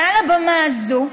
מעל הבמה הזאת: